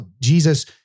Jesus